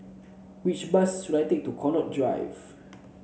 which bus should I take to Connaught Drive